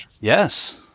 Yes